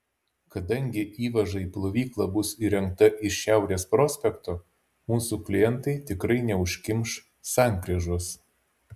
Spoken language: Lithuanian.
kadangi įvaža į plovyklą bus įrengta iš šiaurės prospekto mūsų klientai tikrai neužkimš sankryžos